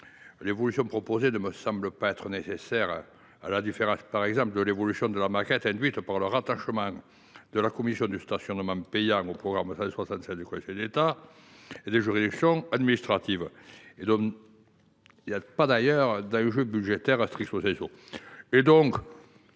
L’évolution proposée ne me semble pas nécessaire, à la différence, par exemple, de l’évolution de la maquette induite par le rattachement de la commission du contentieux stationnement payant au programme 165 « Conseil d’État et autres juridictions administratives ». Je n’y vois pas, d’ailleurs, d’enjeu budgétaire. Cela étant dit,